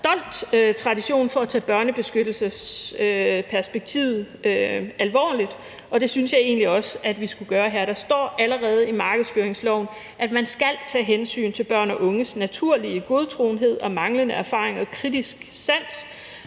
stolt tradition for at tage børnebeskyttelsesperspektivet alvorligt, og det synes jeg egentlig også vi skulle gøre her. Der står allerede i markedsføringsloven, at man skal tage hensyn til børn og unges naturlige godtroenhed og manglende erfaring og kritiske sans,